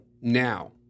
now